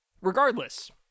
Regardless